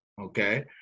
okay